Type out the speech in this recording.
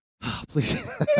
Please